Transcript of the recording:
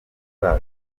hazaza